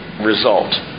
result